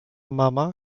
mama